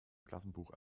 klassenbuch